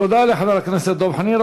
תודה לחבר הכנסת דב חנין.